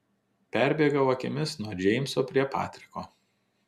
perbėgau akimis nuo džeimso prie patriko